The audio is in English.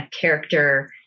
character